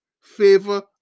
favor